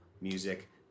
music